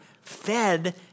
fed